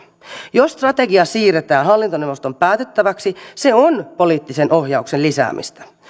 jos strategia siirretään hallintoneuvoston päätettäväksi se on poliittisen ohjauksen lisäämistä